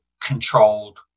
controlled